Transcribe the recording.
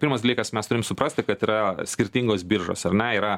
pirmas dalykas mes turim suprasti kad yra skirtingos biržos ar ne yra